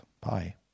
Bye